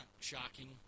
shocking